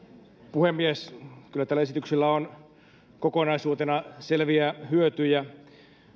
puhemies kyllä tällä esityksellä on kokonaisuutena selviä hyötyjä